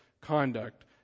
conduct